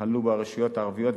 ייכללו בה הרשויות הערביות,